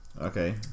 okay